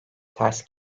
ters